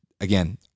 again